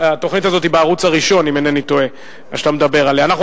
התוכנית הזאת, שאתה מדבר עליה, היתה בערוץ הראשון.